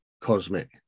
cosmic